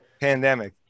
Pandemic